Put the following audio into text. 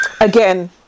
again